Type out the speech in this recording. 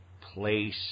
place